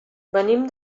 venim